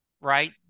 right